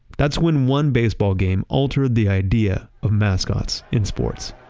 that's when one baseball game altered the idea of mascots in sports.